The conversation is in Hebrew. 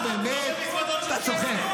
מה אתה --- נו, באמת, אתה צוחק.